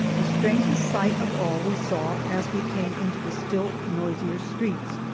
the strangest sight of all we saw as we came into the still noisier streets.